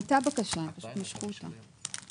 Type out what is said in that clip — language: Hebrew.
הייתה בקשה פשוט משכו אותה.